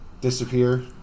Disappear